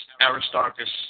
Aristarchus